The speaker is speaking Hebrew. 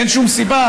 אין שום סיבה.